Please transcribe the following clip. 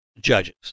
judges